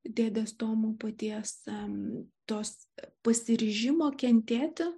dėdės tomo paties tos pasiryžimo kentėti